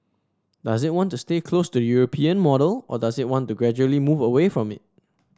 does it want to stay close to the European model or does it want to gradually move away from it